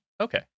Okay